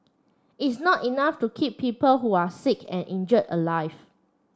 it's not enough to keep people who are sick and injured alive